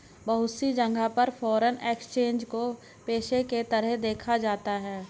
बहुत सी जगह पर फ़ोरेन एक्सचेंज को पेशे के तरह देखा जाता है